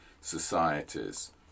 societies